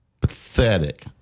pathetic